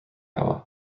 iowa